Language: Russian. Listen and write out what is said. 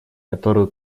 которую